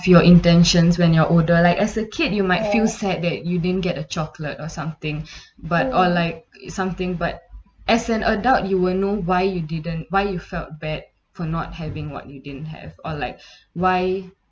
your intentions when you're older like as a kid you might feel sad that you didn't get a chocolate or something but or like something but as an adult you will know why you didn't why you felt bad for not having what you didn't have or like why